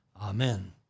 Amen